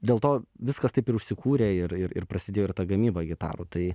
dėl to viskas taip ir užsikūrė ir ir prasidėjo ir ta gamyba gitarų tai